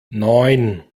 neun